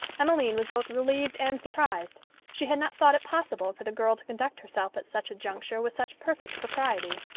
emmeline was both relieved and surprised she had not thought it possible for the girl to conduct herself at such a juncture with such perfect propriety.